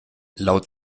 laut